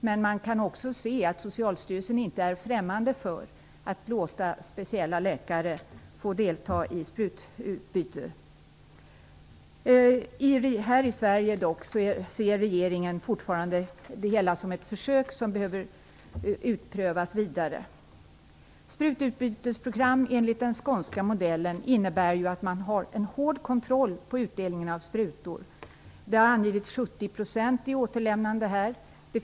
Men man kan också se att Socialstyrelsen inte är främmande för att låta speciella läkare få delta i sprututbytesverksamheten. Här i Sverige ser regeringen det hela dock fortfarande som ett försök som behöver vidare utprövas. Sprututbytesprogram enligt den skånska modellen innebär att man har hård kontroll på utdelningen av sprutor. 70 % återlämnande har angetts här.